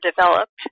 developed